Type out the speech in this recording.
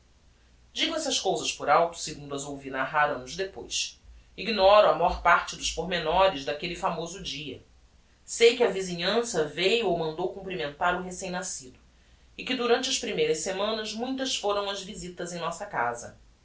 digo essas cousas por alto segundo as ouvi narrar annos depois ignoro a mór parte dos pormenores daquelle famoso dia sei que a visinhança veiu ou mandou comprimentar o recem nascido e que durante as primeiras semanas muitas foram as visitas em nossa casa